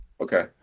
Okay